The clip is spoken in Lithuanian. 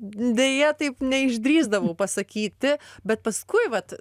deja taip neišdrįsdavau pasakyti bet paskui vat